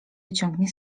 wyciągnie